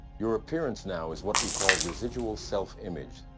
your appearance now is what we call residual self-image.